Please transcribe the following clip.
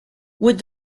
would